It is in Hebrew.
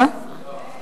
לא?